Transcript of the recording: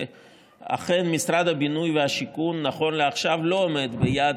שאכן משרד הבינוי והשיכון נכון לעכשיו לא עומד ביעד